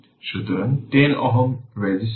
সুতরাং 10 Ω এখন আউট